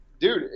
dude